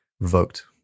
revoked